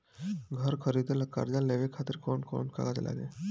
घर खरीदे ला कर्जा लेवे खातिर कौन कौन कागज लागी?